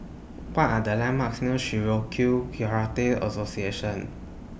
What Are The landmarks near Shitoryu Karate Association